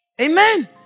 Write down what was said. Amen